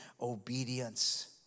obedience